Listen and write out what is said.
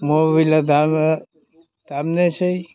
मबाइला दामो दामनोसै